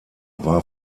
war